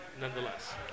nonetheless